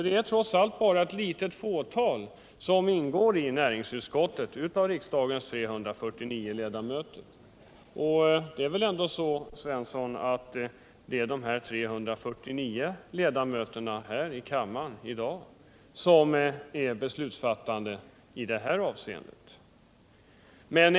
Det är trots allt bara ett litet fåtal av riksdagens 349 ledamöter som ingår i näringsutskottet, och det är väl ändå så, Sten Svensson, att det är de 349 ledamöterna här i kammaren som är beslutsfattande i detta ärende.